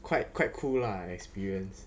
quite quite cool lah experience